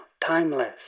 timeless